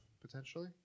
potentially